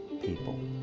people